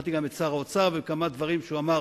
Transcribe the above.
שמעתי גם את שר האוצר, בכמה דברים שהוא אמר